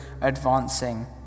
advancing